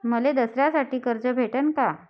मले दसऱ्यासाठी कर्ज भेटन का?